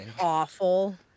Awful